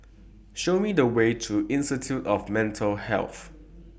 Show Me The Way to Institute of Mental Health